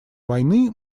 войны